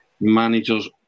managers